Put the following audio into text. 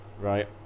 right